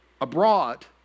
abroad